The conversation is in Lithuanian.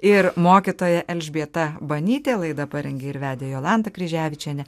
ir mokytoja elžbieta banytė laidą parengė ir vedė jolanta kryževičienė